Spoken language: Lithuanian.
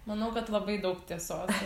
manau kad labai daug tiesos